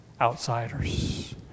outsiders